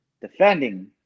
defending